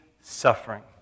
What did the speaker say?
suffering